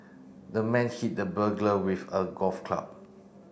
the man hit the burglar with a golf club